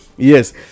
yes